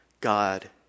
God